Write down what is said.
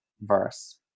verse